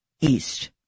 east